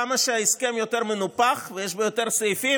כמה שההסכם יותר מנופח ויש בו יותר סעיפים,